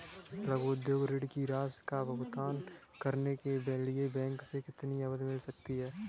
लघु उद्योग ऋण की राशि का भुगतान करने के लिए बैंक से कितनी अवधि मिल सकती है?